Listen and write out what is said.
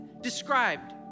described